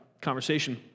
conversation